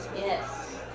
Yes